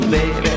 Baby